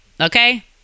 okay